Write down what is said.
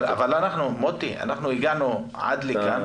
אבל, מוטי, אנחנו הגענו עד לכאן